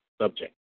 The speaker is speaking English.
subject